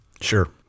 sure